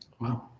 Wow